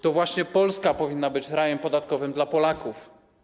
To właśnie Polska powinna być rajem podatkowym dla Polaków.